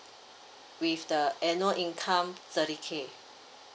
with the annual income thirty K